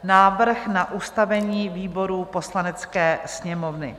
Návrh na ustavení výborů Poslanecké sněmovny